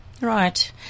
Right